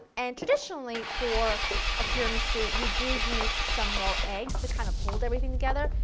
and traditionally for a tiramisu, you do use some raw eggs to kind of hold everything together,